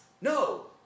No